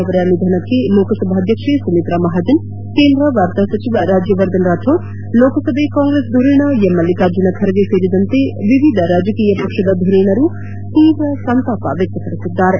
DMK ನಾಯಕ ಕರುಣಾನಿಧಿ ಅವರ ನಿಧನಕ್ಕೆ ಲೋಕಸಭಾಧಕ್ಷೆ ಸುಮಿತ್ತಾ ಮಹಾಜನ್ ಕೇಂದ್ರ ವಾರ್ತಾ ಸಚಿವ ರಾಜ್ಯವರ್ಧನ್ ರಾಥೋಡ್ ಲೋಕಸಭೆ ಕಾಂಗ್ರೆಸ್ ಧುರೀಣ ಎಂ ಮಲ್ಲಿಕಾರ್ಜನ ಖರ್ಗೆ ಸೇರಿದಂತೆ ವಿವಿಧ ರಾಜಕೀಯ ಪಕ್ಷದ ಧುರೀಣರು ತೀವ್ರ ಸಂತಾಪ ವ್ಚಕ್ತಪಡಿಸಿದ್ದಾರೆ